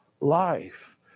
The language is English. life